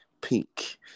Pink